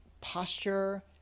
posture